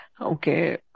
Okay